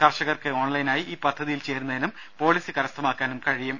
കർഷകർക്ക് ഓൺലൈനായി ഈ പദ്ധതിയിൽ ചേരുന്നതിനും പോളിസി കരസ്ഥമാക്കാനും കഴിയും